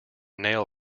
nail